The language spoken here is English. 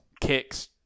kicks